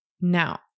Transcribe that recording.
Now